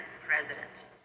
president